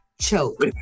choke